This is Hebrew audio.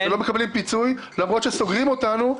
אנחנו לא מקבלים פיצוי למרות שסוגרים אותנו.